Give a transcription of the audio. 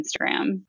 Instagram